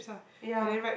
ya